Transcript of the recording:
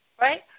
Right